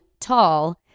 tall